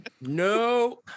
No